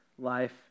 Life